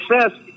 success